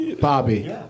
Bobby